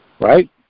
right